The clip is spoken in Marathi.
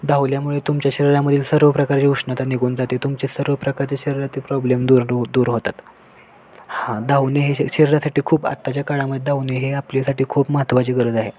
धावल्यामुळे तुमच्या शरीरामधील सर्व प्रकारची उष्णता निघून जाते तुमचे सर्व प्रकारचे शरीरातील प्रॉब्लेम दूर दूर दूर होतात हा धावणे हे श शरीरासाठी खूप आत्ताच्या काळामध्ये धावणे हे आपल्यासाठी खूप महत्त्वाची गरज आहे